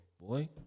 Boy